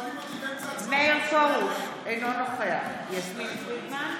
נגד מאיר פרוש, אינו נוכח יסמין פרידמן,